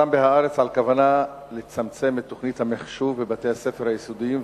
פורסם ב"הארץ" על כוונה לצמצם את תוכנית המחשוב בבתי-הספר היסודיים,